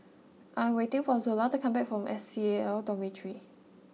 I am waiting for Zola to come back from S C A L Dormitory